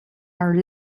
are